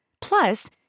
Plus